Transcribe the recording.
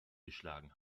geschlagen